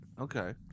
Okay